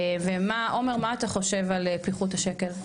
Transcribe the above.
עומר מה אתה חושב על פיחות השקל?